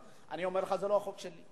אני אומר לך: זה לא החוק שלי.